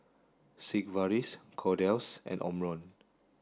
Sigvaris Kordel's and Omron